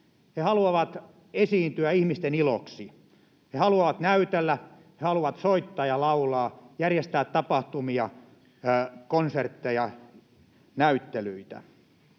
he haluavat esiintyä ihmisten iloksi. He haluavat näytellä, he haluavat soittaa ja laulaa, järjestää tapahtumia, konsertteja ja näyttelyitä.